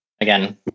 again